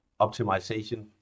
optimization